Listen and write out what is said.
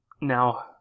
now